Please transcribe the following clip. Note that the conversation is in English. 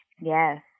Yes